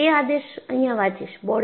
હું એ આદેશ અહિયાં વાંચીશ